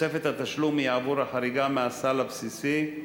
תוספת התשלום היא עבור החריגה מהסל הבסיסי,